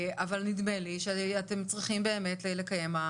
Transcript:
אבל נדמה לי שאתם צריכים באמת לקיים,